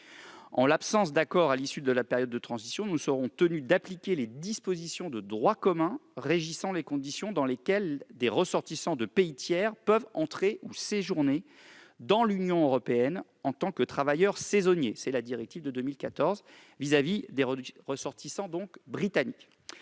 En l'absence d'accord à l'issue de la période de transition, nous serons tenus d'appliquer les dispositions de droit commun régissant les conditions dans lesquelles des ressortissants de pays tiers peuvent entrer ou séjourner dans l'Union européenne en tant que travailleurs saisonniers. C'est la directive de 2014 relative aux ressortissants britanniques.